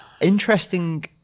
Interesting